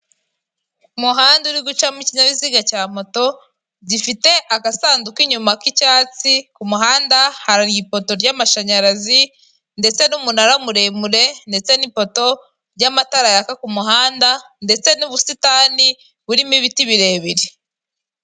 Umuhanda uri gucamo ikinyabiziga cya moto, gifite agasanduku inyuma k'icyatsi ku muhanda hari ipoto y'amashanyarazi, ndetse n'umunara muremure ndetse n'ipoto ry'amatara yaka ku muhanda, ndetse n'ubusitani burimo ibiti birebire.